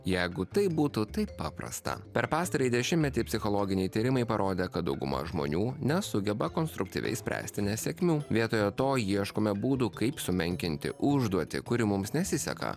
jeigu tai būtų taip paprasta per pastarąjį dešimtmetį psichologiniai tyrimai parodė kad dauguma žmonių nesugeba konstruktyviai spręsti nesėkmių vietoje to ieškome būdų kaip sumenkinti užduotį kuri mums nesiseka